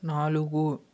నాలుగు